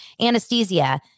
anesthesia